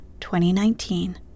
2019